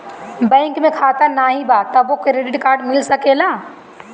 Bank में खाता नाही बा तबो क्रेडिट कार्ड मिल सकेला?